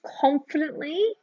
confidently